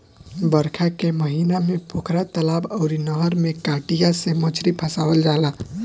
बरखा के महिना में पोखरा, तलाब अउरी नहर में कटिया से मछरी फसावल जाला